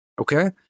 Okay